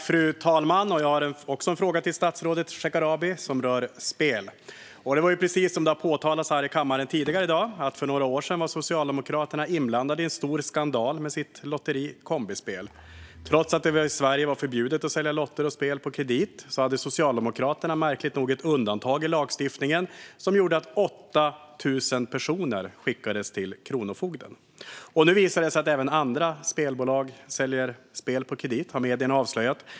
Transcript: Fru talman! Även jag har en fråga till statsrådet Shekarabi, och den rör spel. Precis som har påpekats tidigare i kammaren i dag var Socialdemokraterna för några år sedan inblandade i en stor skandal med sitt lotteri Kombispel. Trots att det i Sverige var förbjudet att sälja lotter och spel på kredit hade Socialdemokraterna märkligt nog ett undantag i lagstiftningen. Detta gjorde att 8 000 personer skickades till kronofogden. Nu visar det sig att även andra spelbolag säljer spel på kredit. Detta har medierna avslöjat.